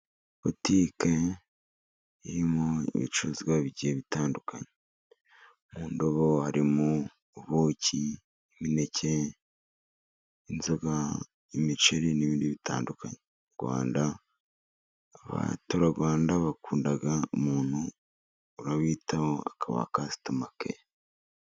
Butike irimo ibicuruzwa bigiye bitandukanye mu ndobo harimo: ubuki, imineke, inzoga, imiceri n'ibindi bitandukanye .Rwanda ,abaturarwanda bakunda umuntu urabitaho akaba kasitomakeya.